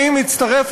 אני מצטרף,